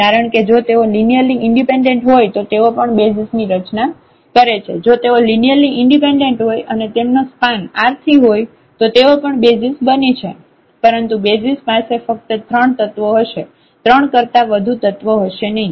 કારણ કે જો તેઓ લિનિયરલી ઈન્ડિપેન્ડેન્ટ હોય તો તેઓ પણ બેસિઝ ની રચના કરે છે જો તેઓ લિનિયરલી ઈન્ડિપેન્ડેન્ટ હોય અને તેમનો સ્પાન R3 હોય તો તેઓ પણ બેસિઝ બને છે પરંતુ બેસિઝ પાસે ફક્ત 3 તત્વો હશે 3 કરતા વધુ તત્વો હશે નહિ